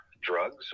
drugs